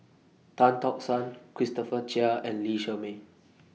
Tan Tock San Christopher Chia and Lee Shermay